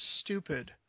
stupid